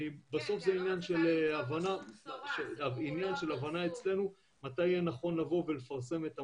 בסוף זה עניין של הבנה אצלנו מתי יהיה נכון לפרסם את המודל.